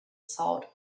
salt